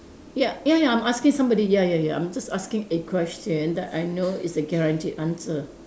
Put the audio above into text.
ya ya ya I'm asking somebody ya ya ya I'm just asking a question that I know is a guaranteed answer